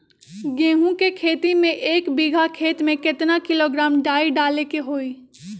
गेहूं के खेती में एक बीघा खेत में केतना किलोग्राम डाई डाले के होई?